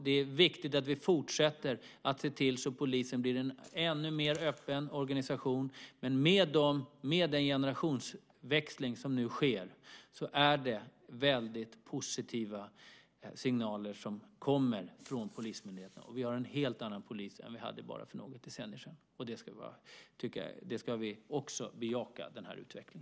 Det är viktigt att vi fortsätter att se till så att polisen blir en ännu mer öppen organisation. Med den generationsväxling som nu sker är det väldigt positiva signaler som kommer från polismyndigheten. Och vi har en helt annan polis än vi hade för några decennier sedan. Den utvecklingen tycker jag också att vi ska bejaka.